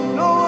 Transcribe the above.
no